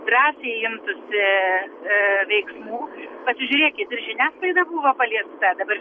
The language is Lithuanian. drąsiai imtųsi ee ee veiksmų pasižiūrėkit ir žiniasklaida buvo paliesta dabar